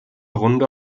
runde